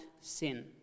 sin